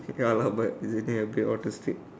ya ya lah but is it thing a bit or to stick